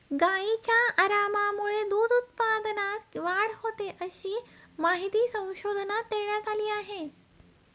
गायींच्या आरामामुळे दूध उत्पादनात वाढ होते, अशी माहिती संशोधनात देण्यात आली आहे